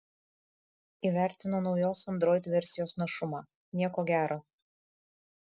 įvertino naujos android versijos našumą nieko gero